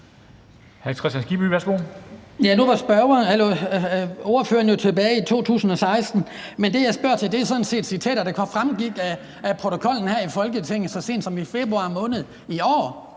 Nu gik ordføreren tilbage til 2016, men det, jeg spørger til, er sådan set citater, der fremgik af referatet her i Folketinget så sent som i februar måned